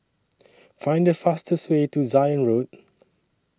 Find The fastest Way to Zion Road